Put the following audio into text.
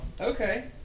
Okay